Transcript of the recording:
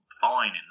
fine